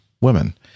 women